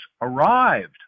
arrived